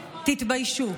תתביישו.